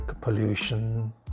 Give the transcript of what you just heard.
pollution